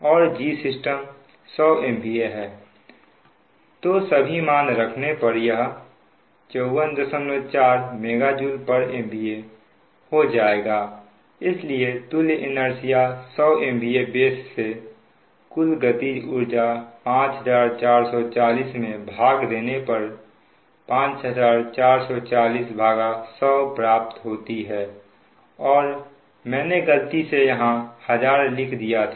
और Gsystem 100 MVA है तो सभी मान रखने पर यह 544 MJMVA हो जाएगा इसलिए तुल्य इनेर्सिया 100 MVA बेस से कूल गतिज ऊर्जा 5440 में भाग देने पर 5440100 प्राप्त होती है और मैंने गलती से यहां 1000 लिख दिया था